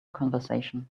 conversation